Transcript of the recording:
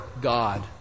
God